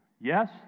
Yes